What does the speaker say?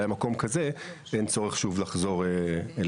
אולי על מקום כזה אין צורך שוב לחזור אליה.